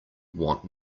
want